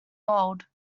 gold